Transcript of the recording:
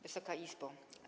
Wysoka Izbo!